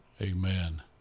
amen